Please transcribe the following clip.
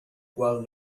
qual